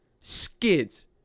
skids